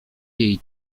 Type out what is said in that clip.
jej